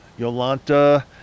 Yolanta